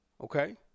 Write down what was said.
Okay